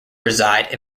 reside